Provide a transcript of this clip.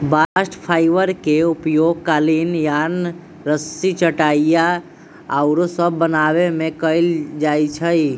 bast fibre के उपयोग कालीन, यार्न, रस्सी, चटाइया आउरो सभ बनाबे में कएल जाइ छइ